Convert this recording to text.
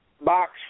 box